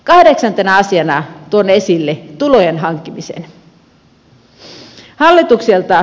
kahdeksantena asiana tuon esille tulojen hankkimisen